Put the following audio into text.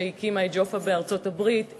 שהקימה את JOFA בארצות-הברית.